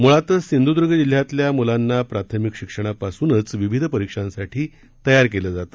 मुळातच सिंधुदुर्ग जिल्ह्यातल्या मुलांना प्राथमिक शिक्षणापासूनच विविध परीक्षेसाठी तयार केलं जात